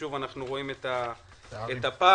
שוב רואים את הפער.